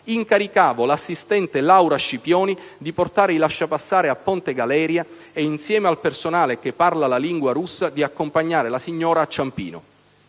incaricavo l'assistente Laura Scipioni di portare i lasciapassare a Ponte Galeria, e insieme al personale che parla la lingua russa, di accompagnare la signora a Ciampino.